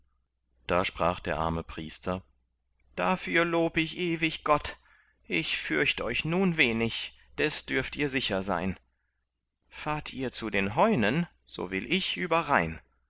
da sprach der arme priester dafür lob ich ewig gott ich fürcht euch nun wenig des dürft ihr sicher sein fahrt ihr zu den heunen so will ich über rhein